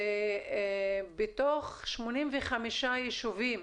שבתוך 85 ישובים